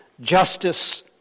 justice